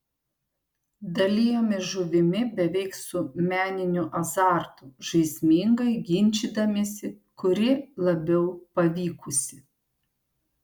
dalijomės žuvimi beveik su meniniu azartu žaismingai ginčydamiesi kuri labiau pavykusi